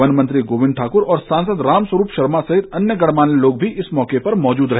वनमंत्री गोबिंद ठाकुर और सांसद रामस्वरूप शर्मा सहित अन्य गणमोन्य लोग भी इस मौके मौजूद रहे